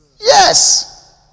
Yes